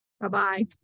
Bye-bye